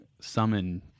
summon